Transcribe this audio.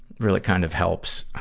really kind of helps.